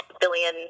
billion